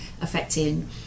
affecting